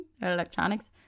electronics